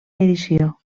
edició